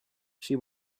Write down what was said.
she